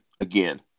again